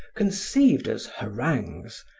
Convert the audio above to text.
conceived as harangues,